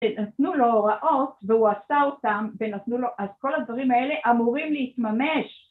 ‫נתנו לו הוראות והוא עשה אותן, ‫אז כל הדברים האלה אמורים להתממש.